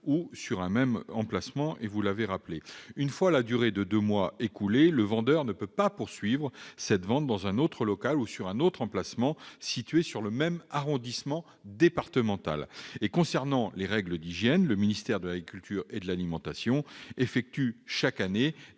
ou sur un même emplacement, comme vous l'avez rappelé. Une fois la durée de deux mois écoulée, le vendeur ne peut pas poursuivre cette vente dans un autre local ou sur un autre emplacement situé sur le même arrondissement départemental. Concernant le respect des règles d'hygiène, le ministère de l'agriculture et de l'alimentation effectue chaque année